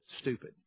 stupid